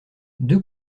deux